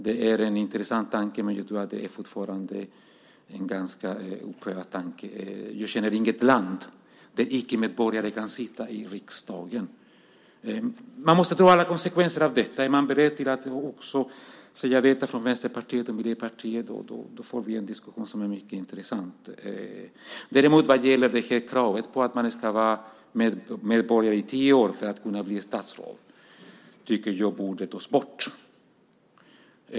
Det är en intressant tanke, men den är ännu oprövad. Jag känner inte till något land där icke-medborgare kan sitta i riksdagen. Man måste dra alla konsekvenser av detta. Är man beredd att säga det också från Vänsterpartiet och Miljöpartiet får vi en diskussion som är mycket intressant. Däremot tycker jag att kravet om att man ska ha varit medborgare i tio år för att få bli statsråd borde tas bort.